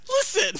Listen